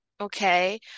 Okay